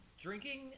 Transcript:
Drinking